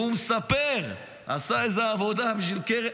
והוא מספר: עשה איזה עבודה בשביל קרן,